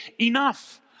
enough